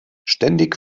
ständig